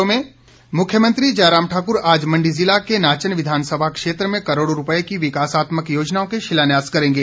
मुख्यमंत्री मुख्यमंत्री जयराम ठाकुर आज मंडी जिला के नाचन विधानसभा क्षेत्र में करोड़ों रूपए की विकासात्मक योज़नाओं के शिलान्यास करेंगे